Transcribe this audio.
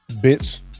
bits